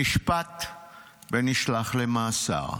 נשפט ונשלח למאסר.